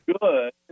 Good